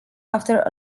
after